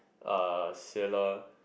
uh sailer